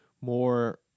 more